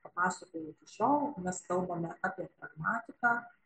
papasakoju šiol mes kalbame apie pragmatiką